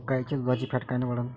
गाईच्या दुधाची फॅट कायन वाढन?